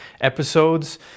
episodes